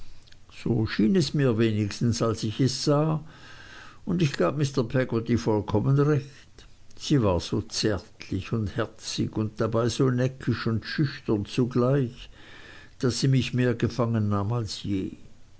so schien es mir wenigstens als ich es sah und ich gab mr peggotty vollkommen recht sie war so zärtlich und herzig und dabei so neckisch und schüchtern zugleich daß sie mich mehr gefangen nahm als je